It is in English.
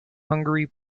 hungary